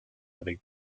avec